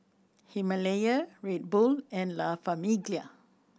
Himalaya Red Bull and La Famiglia